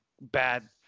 Bad